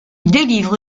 délivre